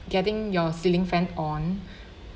getting your ceiling fan on